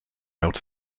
out